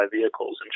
vehicles